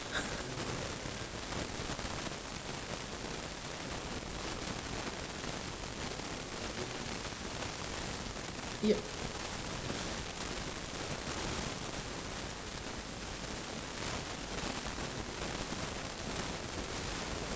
yup